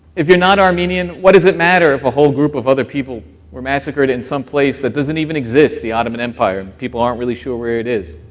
if you're not armenian what does it matter if a whole group of other people were massacred in some place that doesn't even exist, the ottoman empire? and people aren't really sure where it is,